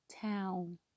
town